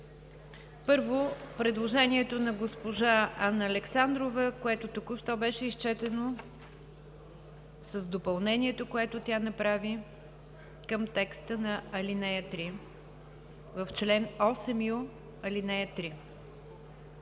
първо, предложението на госпожа Анна Александрова, което току-що беше изчетено, с допълнението, което тя направи към текста на ал. 3 – в чл. 8ю, ал. 3.